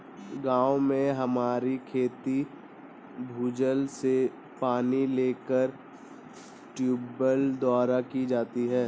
गांव में हमारी खेती भूजल से पानी लेकर ट्यूबवेल द्वारा की जाती है